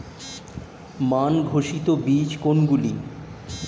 মান ঘোষিত বীজ কোনগুলি?